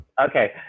Okay